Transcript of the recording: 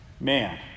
man